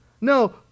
No